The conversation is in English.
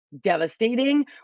devastating